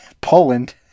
poland